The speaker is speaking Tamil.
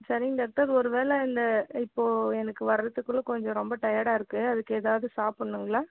சரிங்க டாக்டர் ஒரு வேளை இந்த இப்போது எனக்கு வர்றதுக்குள்ளே கொஞ்சம் ரொம்ப டயர்டாருக்கு அதுக்கு எதாவது சாப்பிடணுங்களா